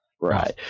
Right